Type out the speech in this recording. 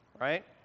right